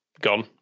gone